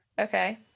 Okay